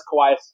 Kawhi